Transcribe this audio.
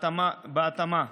בהתאמה.